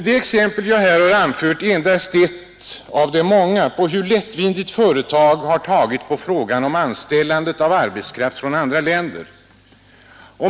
Det exempel jag här har anfört är endast ett av de många på hur lättvindigt företag har tagit på frågan om anställandet av arbetskraft från andra länder.